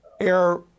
air